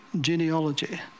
genealogy